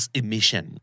emission